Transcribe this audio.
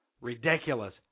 ridiculous